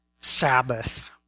Sabbath